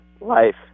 life